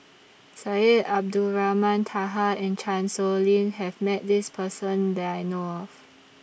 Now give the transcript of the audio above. Syed Abdulrahman Taha and Chan Sow Lin Have Met This Person that I know of